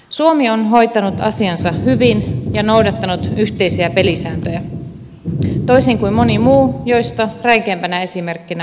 suomi on hoitanut asiansa hyvin ja noudattanut yhteisiä pelisääntöjä toisin kuin moni muu joista räikeimpänä esimerkkinä on kreikka